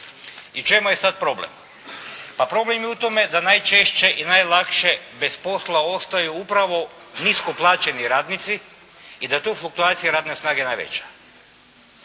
u čemu je sad problem? Pa problem je u tome da najčešće i najlakše bez posla ostaju upravo nisko plaćeni radnici i da je tu fluktuacija radne snage najveća.